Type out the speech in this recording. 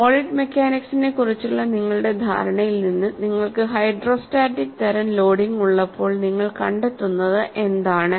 solid മെക്കാനിക്സിനെക്കുറിച്ചുള്ള നിങ്ങളുടെ ധാരണയിൽ നിന്ന് നിങ്ങൾക്ക് ഹൈഡ്രോസ്റ്റാറ്റിക് തരം ലോഡിംഗ് ഉള്ളപ്പോൾ നിങ്ങൾ കണ്ടെത്തുന്നത് എന്താണ്